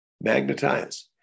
magnetized